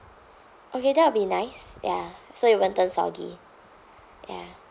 okay that will be nice ya so it won't turn soggy ya